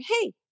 hey